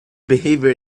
behavior